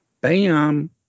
Bam